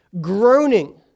groaning